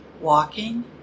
walking